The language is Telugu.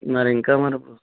మరి ఇంకా మరి